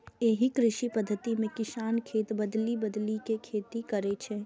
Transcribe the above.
एहि कृषि पद्धति मे किसान खेत बदलि बदलि के खेती करै छै